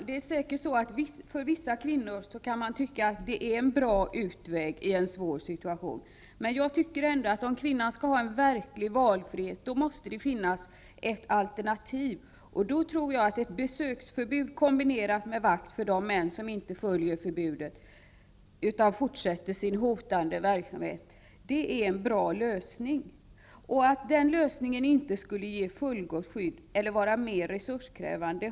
Fru talman! För vissa kvinnor kan man säkert tycka att detta är en bra utväg ur en svår situation. Men om kvinnan skall ha en verklig valfrihet måste det ändå finnas ett alternativ, och jag tror då att ett besöksförbud, kombinerat med vakt för det män som inte följer förbudet utan fortsätter sin hotande verksamhet, är en bra lösning. Jag har svårt att förstå att den lösningen inte skulle ge ett fullgott skydd eller att den skulle vara mer resurskrävande.